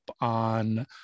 on